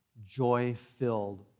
joy-filled